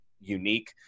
unique